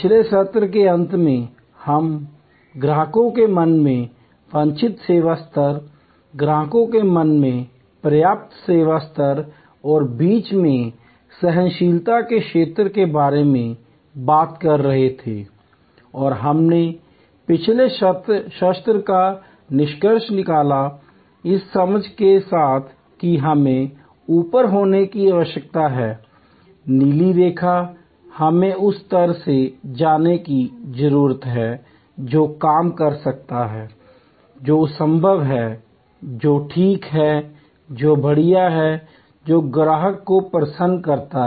पिछले सत्र के अंत में हम ग्राहकों के मन में वांछित सेवा स्तर ग्राहकों के मन में पर्याप्त सेवा स्तर और बीच में सहनशीलता के क्षेत्र के बारे में बात कर रहे थे और हमने पिछले सत्र का निष्कर्ष निकाला इस समझ के साथ कि हमें ऊपर होने की आवश्यकता है नीली रेखा हमें उस स्तर से जाने की जरूरत है जो काम करता है जो संभव है जो ठीक है जो बढ़िया हैजो ग्राहक को प्रसन्न करता है